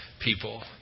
people